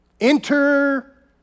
Enter